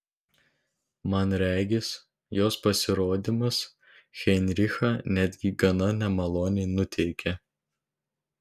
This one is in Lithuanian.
man regis jos pasirodymas heinrichą netgi gana nemaloniai nuteikė